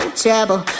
trouble